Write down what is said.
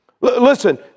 Listen